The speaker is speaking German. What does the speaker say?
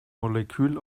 molekül